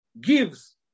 Gives